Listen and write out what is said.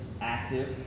active